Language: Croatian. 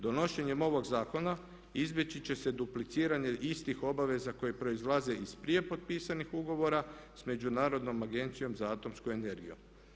Donošenjem ovog zakona izbjeći će se dupliciranje istih obaveza koje proizlaze iz prije potpisanih ugovora sa Međunarodnom agencijom za atomsku energiju.